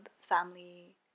family